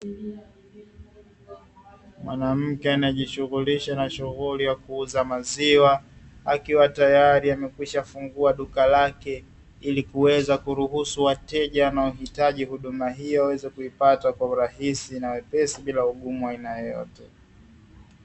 Mwanamke anayejishughulisha na shughuli ya kuuza maziwa akiwa tayari amekwishafungua duka lake, ili kuweza kuruhusu wateja wanaohitaji huduma hiyo waweze kuipata kwa urahisi na wepesi bila ugumu wowote.